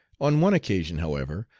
on one occasion, however,